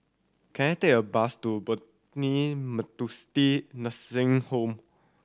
can I take a bus to Methodist Nursing Home